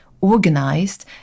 organized